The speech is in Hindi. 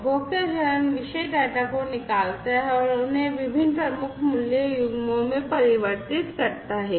उपभोक्ता चरण विषय डेटा को निकालता है और उन्हें विभिन्न प्रमुख मूल्य युग्मों में परिवर्तित करता है